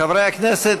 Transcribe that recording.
חברי הכנסת,